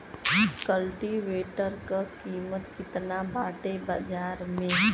कल्टी वेटर क कीमत केतना बाटे बाजार में?